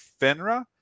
Finra